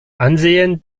ansehen